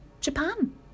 Japan